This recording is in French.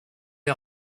est